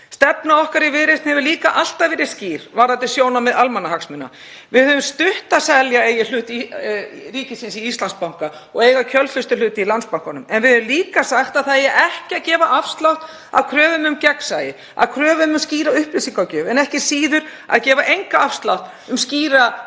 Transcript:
Stefna okkar í Viðreisn hefur líka alltaf verið skýr varðandi sjónarmið almannahagsmuna. Við höfum stutt það að selja hlut ríkisins í Íslandsbanka og eiga kjölfestuhlut í Landsbankanum. En við höfum líka sagt að það eigi ekki að gefa afslátt af kröfum um gegnsæi, af kröfum um skýra upplýsingagjöf, en ekki síður að gefa engan afslátt hvað